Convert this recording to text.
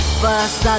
first